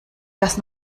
das